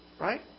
Right